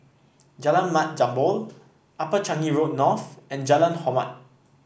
Jalan Mat Jambol Upper Changi Road North and Jalan Hormat